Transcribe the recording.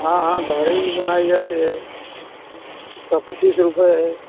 हाँ हाँ दाढ़ी भी बनाई जाती है उसका पच्चीस रुपये है